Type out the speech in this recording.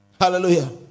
Hallelujah